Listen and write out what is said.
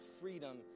freedom